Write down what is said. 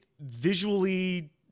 visually